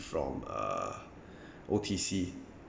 from uh O_T_C